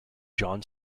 john